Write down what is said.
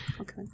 Okay